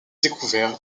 découverts